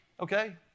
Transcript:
Okay